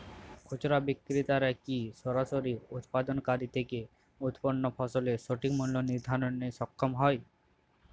খুচরা বিক্রেতারা কী সরাসরি উৎপাদনকারী থেকে উৎপন্ন ফসলের সঠিক মূল্য নির্ধারণে সক্ষম হয়?